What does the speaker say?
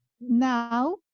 now